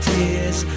Tears